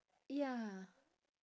ya